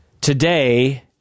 Today